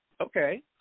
okay